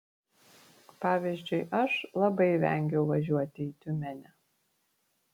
pavyzdžiui aš labai vengiau važiuoti į tiumenę